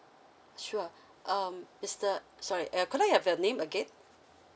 sure um mister sorry uh could I have your name again